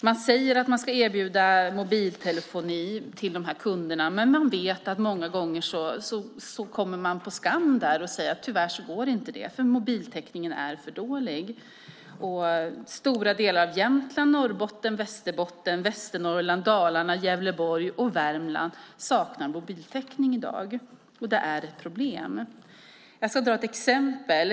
Man säger att man ska erbjuda mobiltelefoni till de här kunderna, men många gånger kommer det på skam och man får säga att det tyvärr inte går eftersom mobiltäckningen är för dålig. Stora delar av Jämtland, Norrbotten, Västerbotten, Västernorrland, Dalarna, Gävleborg och Värmland saknar mobiltäckning i dag. Det är ett problem. Jag ska ge ett exempel.